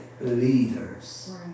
leaders